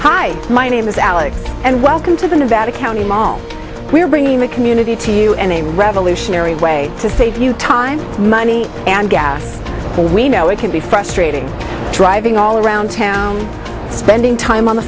hi my name is alex and welcome to the nevada county mall we're bringing the community to you and a revolutionary way to save you time money and before we know it can be frustrating driving all around town spending time on the